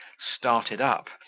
started up,